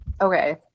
Okay